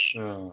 yeah